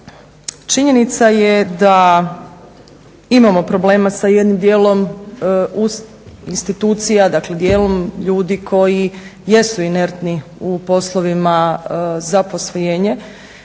Činjenica je da imamo problema sa jednim dijelom institucija, dakle dijelom ljudi koji jesu inertni u poslovima za posvojenje